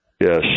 Yes